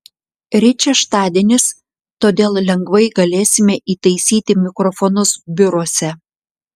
ryt šeštadienis todėl lengvai galėsime įtaisyti mikrofonus biuruose